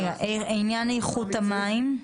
רגע, עניין איכות המים.